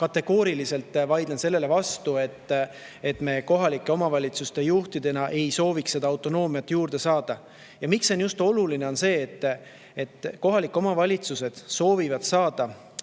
kategooriliselt vaidlen sellele vastu, et me kohalike omavalitsuste juhtidena ei soovi autonoomiat juurde saada. Aga mis siin on oluline: kohalikud omavalitsused soovivad erinevat autonoomiat